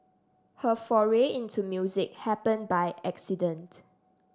her foray into music happened by accident